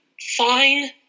fine